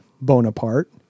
bonaparte